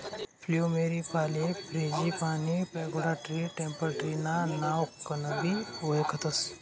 फ्लुमेरीयाले frangipani, pagoda tree, temple tree ना नावकनबी वयखतस